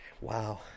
Wow